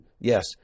Yes